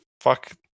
fuck